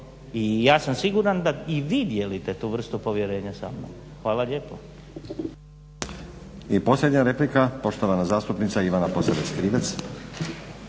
i ja sam siguran da i vi dijelite tu vrstu povjerenja sa mnom. Hvala lijepo. **Stazić, Nenad (SDP)** I posljednja replika poštovana zastupnica Ivana Posavec Krivec.